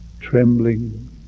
trembling